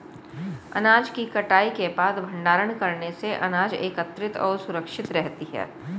अनाज की कटाई के बाद भंडारण करने से अनाज एकत्रितऔर सुरक्षित रहती है